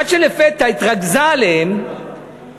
עד שלפתע התרגזה עליהם